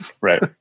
right